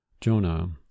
Jonah